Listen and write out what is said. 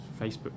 Facebook